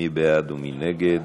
מי בעד ומי נגד?